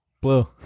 Blue